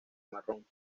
marrón